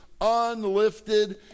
unlifted